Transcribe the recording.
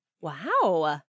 Wow